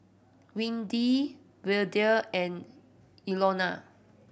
Windy Verdell and Ilona